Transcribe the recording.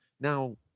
Now